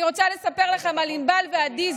אני רוצה לספר לכם על ענבל ועדי,